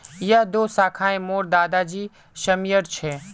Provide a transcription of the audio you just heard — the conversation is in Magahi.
यह दो शाखए मोर दादा जी समयर छे